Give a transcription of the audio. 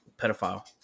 Pedophile